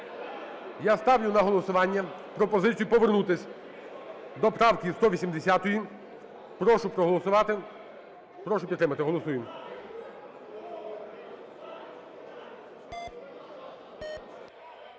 Я ставлю на голосування пропозицію повернутись до правки 180-ї. Прошу проголосувати. Прошу підтримати. Голосуємо.